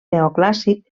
neoclàssic